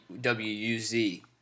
W-U-Z